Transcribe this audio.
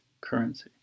currency